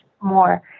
more